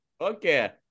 Okay